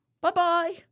Bye-bye